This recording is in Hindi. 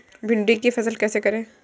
भिंडी की फसल कैसे करें?